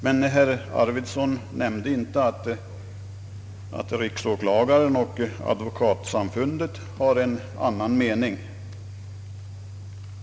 Men herr Arvidson nämnde inte att riksåklagaren och Advokatsamfundet har en annan mening.